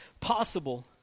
possible